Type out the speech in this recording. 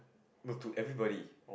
but to everybody